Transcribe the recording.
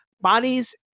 Bodies